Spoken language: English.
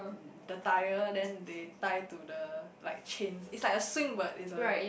the tyre then they tie to the like chains it's like a swing but it's a